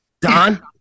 Don